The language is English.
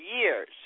years